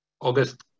August